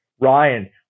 ryan